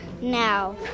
Now